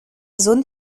zone